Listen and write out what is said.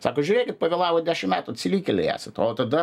sako žiūrėkit pavėlavot dešim metų atsilikėliai esat o tada